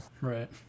Right